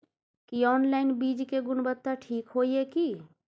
की online बीज के गुणवत्ता ठीक होय ये की?